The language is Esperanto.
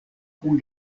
kun